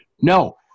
No